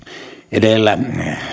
edellä